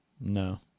No